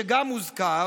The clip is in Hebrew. שגם הוא הוזכר,